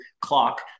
clock